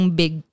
big